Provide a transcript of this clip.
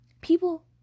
people